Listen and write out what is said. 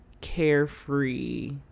carefree-